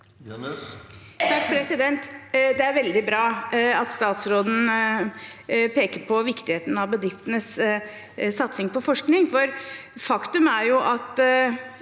Det er veldig bra at statsråden peker på viktigheten av bedriftenes satsing på forskning,